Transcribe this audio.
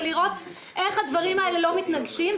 לראות איך הדברים האלה לא מתנגשים.